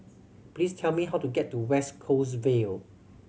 please tell me how to get to West Coast Vale